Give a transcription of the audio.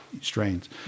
strains